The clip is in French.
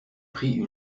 prit